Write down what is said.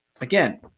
Again